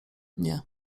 nie